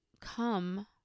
come